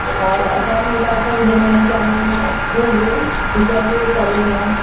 ଆଉ ଅଧା ମହିଲା ଅଛନ୍ ଯେନ୍ମାନେ କି ଆମର୍ ଇନ ସ୍କୁଲ୍ରେ ଟିଚର୍ ବି ହୋଇସାରିଲେନ